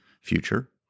future